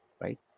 right